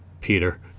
Peter